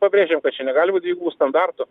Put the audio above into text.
pabrėžiam kad čia negali būt dvigubų standartų